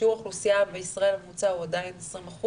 שיעור האוכלוסייה בישראל הממוצע הוא עדיין 20%,